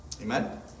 Amen